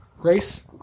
Grace